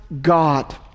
God